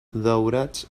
daurats